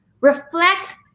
Reflect